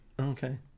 Okay